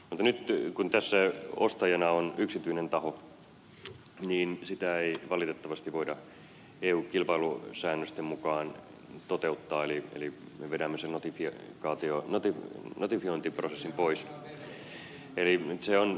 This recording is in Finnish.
mutta nyt kun tässä on ostajana yksityinen taho niin sitä ei valitettavasti voida eu kilpailusäännösten mukaan toteuttaa eli ne vedämisella tykkiä kaatio näkyy me vedämme sen notifiointiprosessin pois